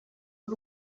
w’u